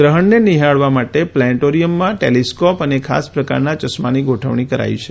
ગ્રહણને નિહાળવા પ્લેનેટોરિયમમાં ટેલિસ્કોપ અને ખાસ પ્રકારના ચશ્માની ગોઠવણ કરાઈ છે